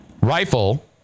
rifle